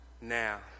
now